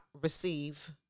receive